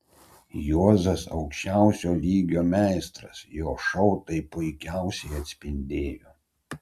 juozas aukščiausio lygio meistras jo šou tai puikiausiai atspindėjo